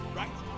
right